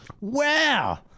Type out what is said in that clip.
Wow